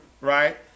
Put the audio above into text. right